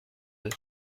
deux